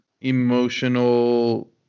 emotional